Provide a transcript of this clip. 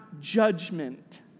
judgment